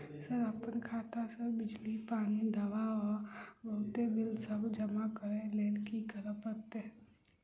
Sir अप्पन खाता सऽ बिजली, पानि, दवा आ बहुते बिल सब जमा करऽ लैल की करऽ परतै?